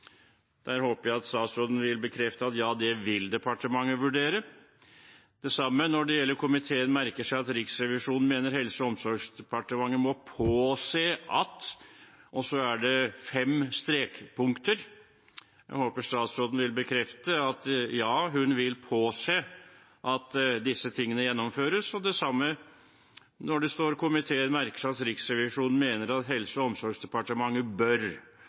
Jeg håper statsråden vil bekrefte at det vil departementet vurdere. Det samme gjelder for: «Komiteen merker seg at Riksrevisjonen mener Helse- og omsorgsdepartementet må påse at» – og så kommer det fem strekpunkter. Jeg håper statsråden vil bekrefte at hun vil påse at disse tingene gjennomføres. Det samme gjelder når det står: «Komiteen merker seg at Riksrevisjonen mener at Helse- og omsorgsdepartementet bør»